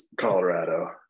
Colorado